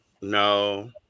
No